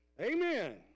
Amen